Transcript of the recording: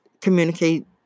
communicate